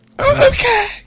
Okay